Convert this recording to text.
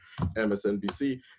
MSNBC